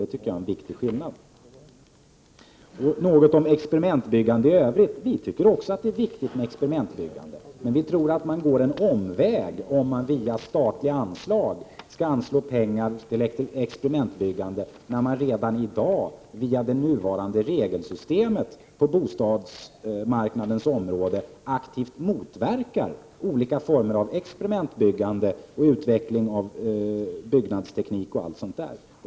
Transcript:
Det tycker jag är en viktig skillnad. Något om experimentbyggande i övrigt! Vi tycker också att det är viktigt med experimentbyggande, men vi tror att man går en omväg om man anslår statliga pengar till experimentbyggande när man via det nuvarande regelsystemet på bostadsbyggandets område aktivt motverkar olika former av experimentbyggande, utveckling av byggteknik, osv.